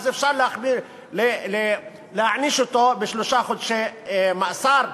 אז אפשר להעניש אותו בשלושה חודשי מאסר,